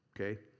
Okay